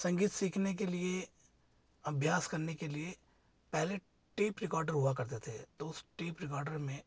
संगीत सीखने के लिए अभ्यास करने के लिए पहले टेप रिकॉर्डर हुआ करते थे तो उस टेप रिकॉर्डर में